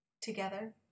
together